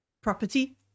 property